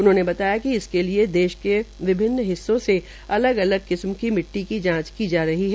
उन्होंने बताया कि इसके लिए देश के विभिन्न हिससों से अलग अलग किस्म की मिट्टी की जांच की जा रही है